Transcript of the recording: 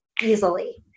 easily